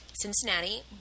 Cincinnati